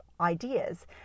ideas